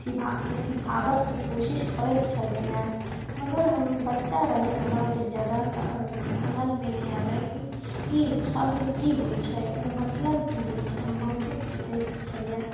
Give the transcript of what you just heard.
सीखाबे जे कोशिश करैत छलखिन हँ मगर हम बच्चा रही हमरा ओतेक जादा समझमे नहि आबे कि ई शब्द की होइत छै एकर मतलब की होइत छै हम बहुते पूछैत छलिअनि